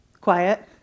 Quiet